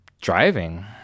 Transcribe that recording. driving